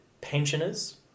Pensioners